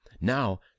Now